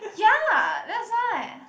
ya that's why